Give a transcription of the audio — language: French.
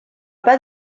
pas